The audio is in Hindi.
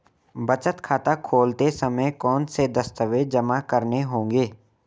बचत खाता खोलते समय कौनसे दस्तावेज़ जमा करने होंगे?